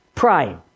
Pride